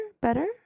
Better